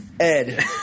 Ed